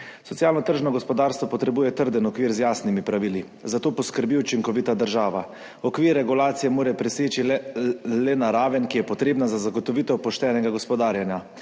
Socialno tržno gospodarstvo potrebuje trden okvir z jasnimi pravili, za to poskrbi učinkovita država. Okvir regulacije mora preseči le na raven, ki je potrebna za zagotovitev poštenega gospodarjenja.